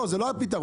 זה לא הפתרון.